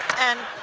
and,